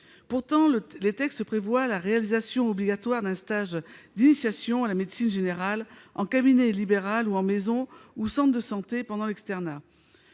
Pourtant, les textes prévoient le suivi obligatoire d'un stage d'initiation à la médecine générale en cabinet libéral, en maison de santé ou en centre de santé pendant l'externat.